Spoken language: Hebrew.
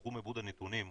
בתחום עיבוד הנתונים.